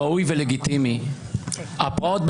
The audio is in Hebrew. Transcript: זה לא חדש, הרי תיקנו את פקודת המשטרה.